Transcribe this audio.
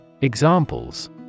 Examples